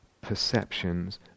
perceptions